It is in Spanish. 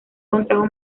contrajo